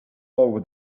over